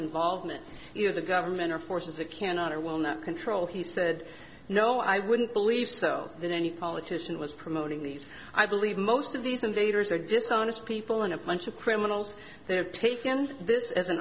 involvement of the government or forces it cannot or will not control he said no i wouldn't believe so that any politician was promoting these i believe most of these invaders are dishonest people and a bunch of criminals they have taken this as an